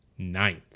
Ninth